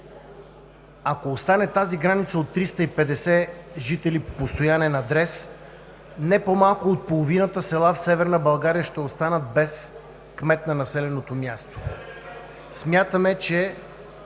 Ако остане тази граница от 350 жители по постоянен адрес, не по-малко от половината села в Северна България ще останат без кмет на населеното място. Смятаме, че